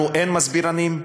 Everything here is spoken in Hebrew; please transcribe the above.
לנו אין מסבירנים?